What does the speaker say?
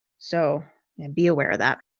so and be aware of that.